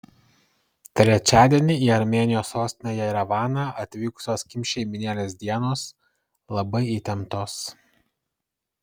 trečiadienį į armėnijos sostinę jerevaną atvykusios kim šeimynėlės dienos labai įtemptos